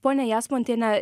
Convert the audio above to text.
pone jasmontiene